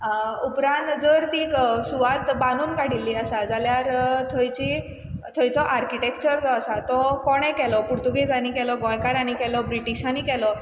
उपरांत जर ती सुवात बांदून काडिल्ली आसा जाल्यार थंयची थंयचो आर्किटॅक्चर जो आसा तो कोणें केलो पुर्तुगेजांनी केलो गोंयकारांनी केलो ब्रिटिशांनी केलो